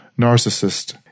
narcissist